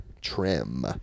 trim